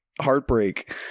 heartbreak